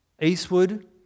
Eastwood